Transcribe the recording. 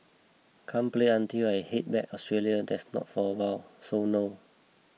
can't play until I head back Australia that's not for awhile so no